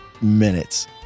minutes